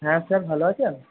হ্যাঁ স্যার ভালো আছেন